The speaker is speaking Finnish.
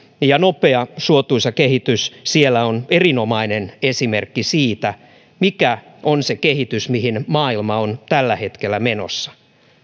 ja nopea suotuisa kehitys siellä on erinomainen esimerkki siitä mikä on se kehitys mihin maailma on tällä hetkellä menossa